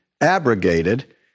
abrogated